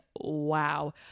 wow